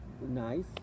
nice